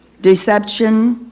deception,